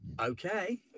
Okay